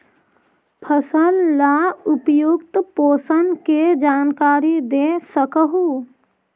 फसल ला उपयुक्त पोषण के जानकारी दे सक हु?